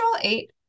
eight